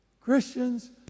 Christians